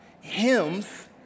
hymns